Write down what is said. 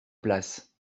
place